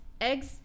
eggs